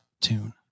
tune